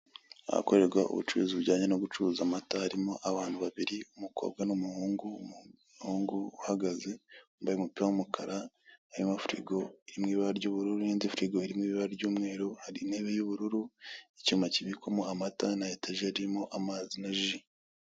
Ahakorerwa ubucuruzi bujyanye no gucuruza amata, harimo abantu babiri, umukobwa n'umuhungu, umuhungu uhagaza wambaye umupira w'umukara, harimo firigo iri mu ibara ry'ubururu n'indi firigo iri mu ibara ry'umweru, hari intebe y'ubururu, icyuma kibikwamo amata, na etajeri irimo amazi na ji.